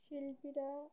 শিল্পীরা